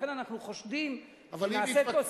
ולכן אנחנו חושדים שנעשה פה,